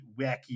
wacky